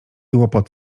łopot